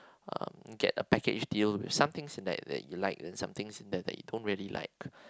um get a package deal with somethings that that you like then somethings that that you don't really like